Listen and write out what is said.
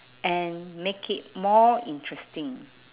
and make it more interesting